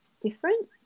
different